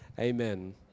amen